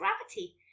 gravity